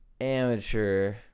amateur